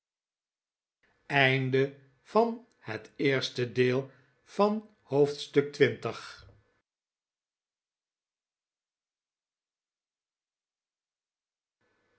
oosten van het westen van het